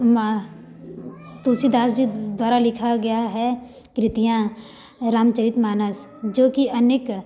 तुलसीदास जी द्वारा लिखा गया है कृतियाँ रामचरित मानस जो कि अनेक